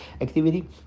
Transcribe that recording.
activity